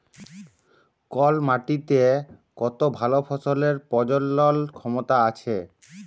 call মাটিতে কত ভাল ফসলের প্রজলল ক্ষমতা আছে